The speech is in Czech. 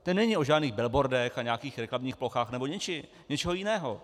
Ten není o žádných billboardech a nějakých reklamních plochách nebo něčeho jiného.